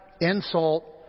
insult